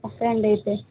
okay అండి అయితే